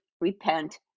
repent